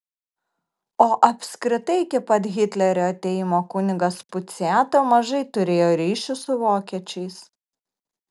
o apskritai iki pat hitlerio atėjimo kunigas puciata mažai turėjo ryšių su vokiečiais